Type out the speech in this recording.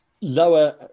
lower